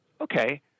okay